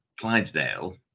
Clydesdale